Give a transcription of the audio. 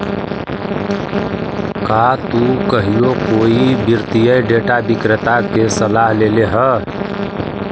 का तु कहियो कोई वित्तीय डेटा विक्रेता के सलाह लेले ह?